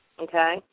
Okay